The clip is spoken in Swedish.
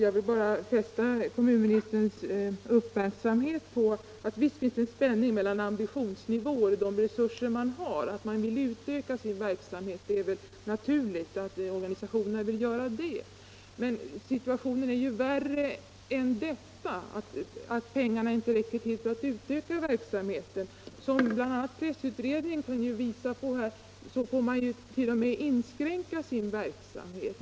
Herr talman! Visst finns det en spänning mellan ambitionsnivån och de resurser man har — det är väl naturligt att organisationerna vill utöka sin verksamhet — men situationen är värre än att pengarna inte räcker till för att utöka verksamheten. Som bl.a. pressutredningen kunde visa på får man t.o.m. inskränka sin verksamhet.